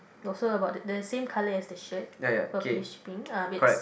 also about the the same colour as the shirt purplish pink ah bits